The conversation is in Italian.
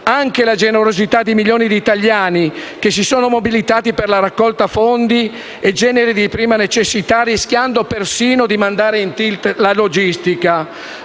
anche alla generosità di milioni di italiani che si sono mobilitati per la raccolta fondi e generi di prima necessità, rischiando persino di mandare in *tilt* la logistica.